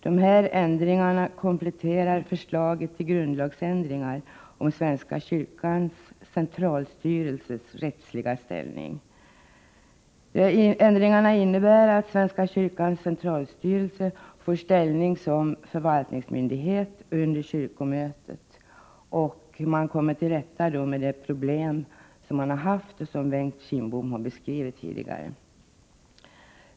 Dessa ändringar kompletterar förslaget till grundlagsändringar om svenska kyrkans centralstyrelses rättsliga ställning. Ändringarna innebär att svenska kyrkans centralstyrelse får ställning som förvaltningsmyndighet under kyrkomötet. Man kommer då till rätta med det problem som man haft, och som Bengt Kindbom har beskrivit tidigare.